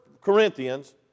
Corinthians